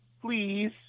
please